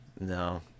No